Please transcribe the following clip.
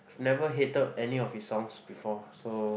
never hated any of his songs before so